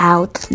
Out